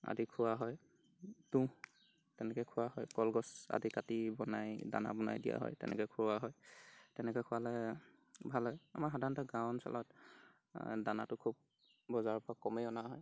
আদি খোৱা হয় তুঁহ তেনেকৈ খোৱা হয় কলগছ আদি কাটি বনাই দানা বনাই দিয়া হয় তেনেকৈ খোঁওৱা হয় তেনেকৈ খোৱালে ভাল হয় আমাৰ সাধাৰণতে গাঁও অঞ্চলত দানাটো খুব বজাৰৰ পৰা কমেই অনা হয়